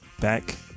Back